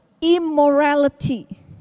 immorality